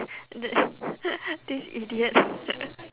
the this idiot